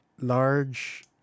large